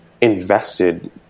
invested